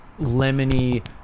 lemony